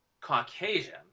Caucasian